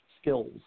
skills